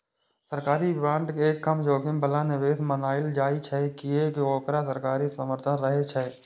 सरकारी बांड के कम जोखिम बला निवेश मानल जाइ छै, कियै ते ओकरा सरकारी समर्थन रहै छै